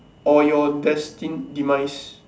or your destined demise